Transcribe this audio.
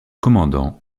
commandant